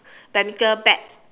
badminton bat